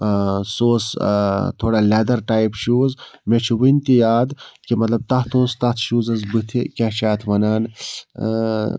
سُہ اوس تھوڑا لیٚدَر ٹایِپ شوٗز مےٚ چھُ وُنۍ تہِ یاد کہِ مطلب تَتھ اوس تَتھ شوٗزَس بُتھِ کیٛاہ چھِ اتھ وَنان